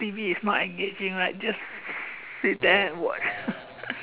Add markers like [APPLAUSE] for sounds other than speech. T_V is not engaging lah just sit there and watch [LAUGHS]